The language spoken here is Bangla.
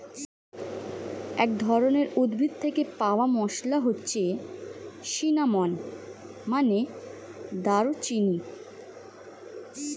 এক ধরনের উদ্ভিদ থেকে পাওয়া মসলা হচ্ছে সিনামন, মানে দারুচিনি